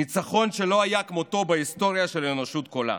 ניצחון שלא היה כמותו בהיסטוריה של האנושות כולה.